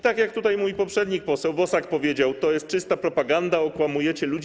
Tak jak mój poprzednik, poseł Bosak powiedział: to jest czysta propaganda, okłamujecie ludzi.